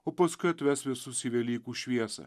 o paskui atves visus į velykų šviesą